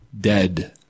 dead